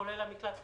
כולל מקלט חירום,